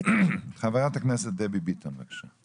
חברת הכנסת דבי ביטון, בבקשה.